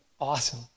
awesome